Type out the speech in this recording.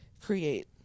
create